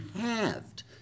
halved